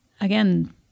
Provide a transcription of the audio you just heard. again